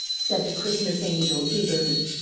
said the christmas angel eagerly,